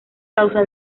causa